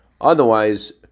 Otherwise